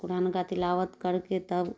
قرآن کا تلاوت کرکے تب